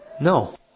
No